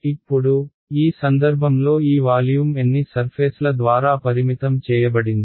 ఇప్పుడు ఈ సందర్భంలో ఈ వాల్యూమ్ ఎన్ని సర్ఫేస్ల ద్వారా పరిమితం చేయబడింది